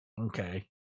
Okay